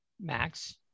Max